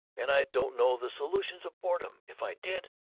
and i don't know the solution of boredom. if i did,